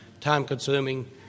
time-consuming